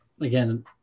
again